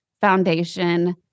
foundation